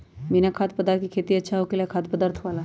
बिना खाद्य पदार्थ के खेती अच्छा होखेला या खाद्य पदार्थ वाला?